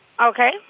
Okay